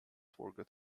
forget